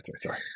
sorry